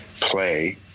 play